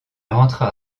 rentra